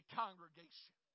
congregation